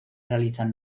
realizan